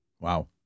Wow